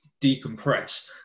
decompress